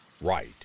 right